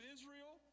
Israel